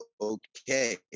okay